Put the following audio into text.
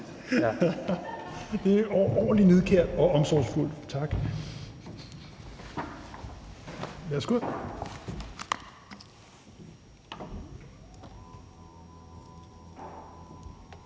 Det er overordentlig nidkært og omsorgsfuldt. Tak. Værsgo,